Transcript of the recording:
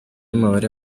n’umubare